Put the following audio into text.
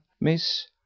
miss